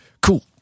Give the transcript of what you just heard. cool